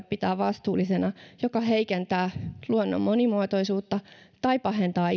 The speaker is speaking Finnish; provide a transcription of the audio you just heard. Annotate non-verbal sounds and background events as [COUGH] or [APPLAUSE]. [UNINTELLIGIBLE] pitää vastuullisena joka heikentää luonnon monimuotoisuutta tai pahentaa [UNINTELLIGIBLE]